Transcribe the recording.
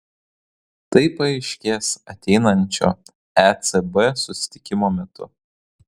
tai paaiškės ateinančio ecb susitikimo metu